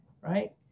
right